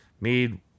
Mead